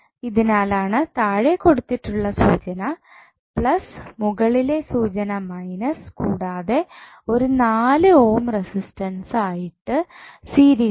ഇതിനാലാണ് താഴെ കൊടുത്തിട്ടുള്ള സൂചന പ്ലസ് മുകളിലെ സൂചന മൈനസ് കൂടാതെ ഒരു 4 ഓം റസിസ്റ്റൻസ് ആയിട്ട് സീരീസിലും